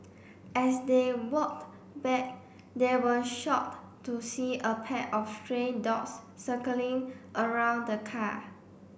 as they walked back they were shocked to see a pack of stray dogs circling around the car